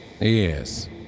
Yes